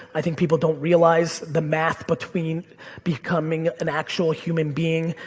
i think people don't realize the math between becoming an actual human being,